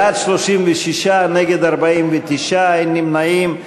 בעד, 36, נגד, 49, אין נמנעים.